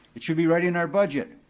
it should be right in our budget.